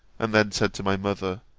and then said to my mother,